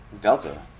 Delta